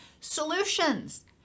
solutions